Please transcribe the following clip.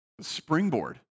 springboard